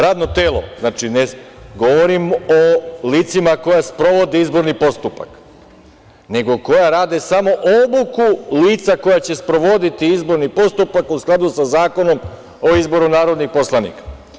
Radno telo, znači ne govorim o licima koja sprovode izborni postupak, nego koja rade smo obuku lica koja će sprovoditi izborni postupak u skladu sa Zakonom o izboru narodnih poslanika.